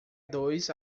dois